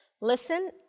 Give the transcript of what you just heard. listen